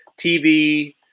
TV